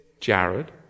Jared